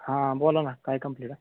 हां बोला ना काय कंप्लेंट आहे